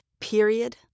period